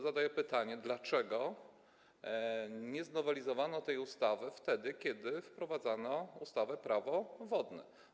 Zadaję więc pytanie: dlaczego nie znowelizowano tej ustawy wtedy, kiedy wprowadzano ustawę Prawo wodne?